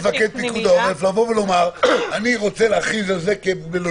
מפקד פיקוד העורף: אני רוצה להכריז על זה כמלונית,